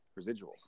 residuals